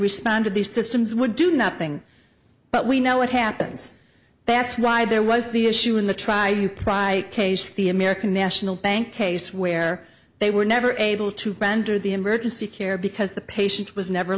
respond to these systems would do nothing but we know what happens that's why there was the issue in the try to pry case the american national bank case where they were never able to render the emergency care because the patient was never